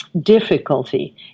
difficulty